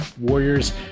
Warriors